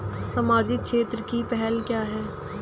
सामाजिक क्षेत्र की पहल क्या हैं?